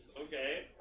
Okay